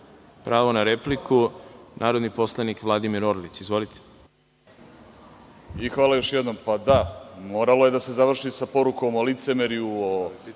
na repliku narodni poslanik Vladimir Orlić. Izvolite.